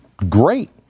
Great